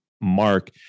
Mark